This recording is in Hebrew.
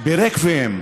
ברקוויאם